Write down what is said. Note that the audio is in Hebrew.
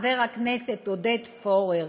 חבר הכנסת עודד פורר,